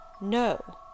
No